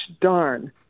darn